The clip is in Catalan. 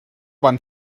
van